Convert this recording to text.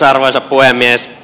arvoisa puhemies